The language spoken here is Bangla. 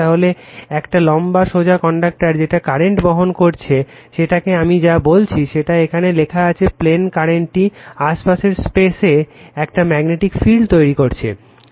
তাহলে একটা লম্বা সোজা কন্ডাক্টর যেটা কারেন্ট বহন করছে সেটাকে আমি যা বলেছি সেটা এখানে লেখা আছে প্লেন কারেন্টটি আশেপাশের স্পেসে একটা ম্যাগনেটিক ফিল্ড তৈরি করছে